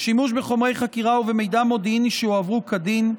שימוש בחומרי חקירה או במידע מודיעיני שיועברו כדין,